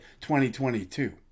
2022